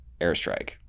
airstrike